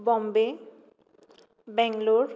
Bombay Bangalore